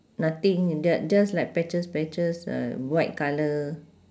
nothing j~ just like patches patches uh white colour